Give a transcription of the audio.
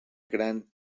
gran